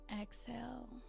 Exhale